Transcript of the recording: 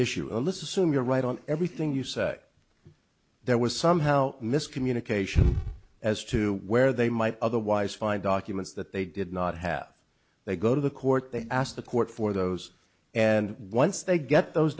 issue alissa soon you're right on everything you say there was somehow miscommunication as to where they might otherwise find documents that they did not have they go to the court they asked the court for those and once they get those